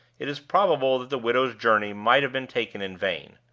it is probable that the widow's journey might have been taken in vain.